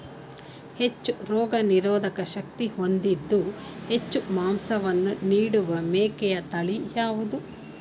ಹೆಚ್ಚು ರೋಗನಿರೋಧಕ ಶಕ್ತಿ ಹೊಂದಿದ್ದು ಹೆಚ್ಚು ಮಾಂಸವನ್ನು ನೀಡುವ ಮೇಕೆಯ ತಳಿ ಯಾವುದು?